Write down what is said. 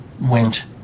went